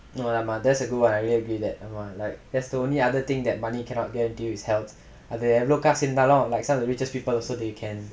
!wah! that's a good one I really agree that like that's the only other thing that money cannot guarantee is health அது எவ்ளோ காசு இருந்தாலும்:athu evlo kaasu irunthaalum like some of the richest people also they can